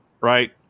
right